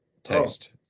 Taste